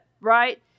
Right